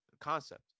concept